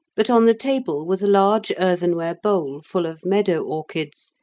but on the table was a large earthenware bowl, full of meadow orchids,